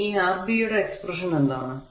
ഇനി ഈ Rb യുടെ എക്സ്പ്രെഷൻ എന്താണ്